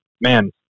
man